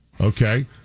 Okay